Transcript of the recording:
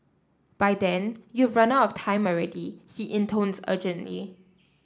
by then you've run out of time already he intones urgently